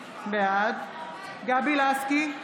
בעד גבי לסקי,